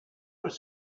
was